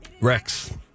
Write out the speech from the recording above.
Rex